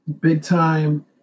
big-time